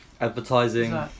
Advertising